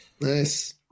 nice